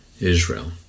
Israel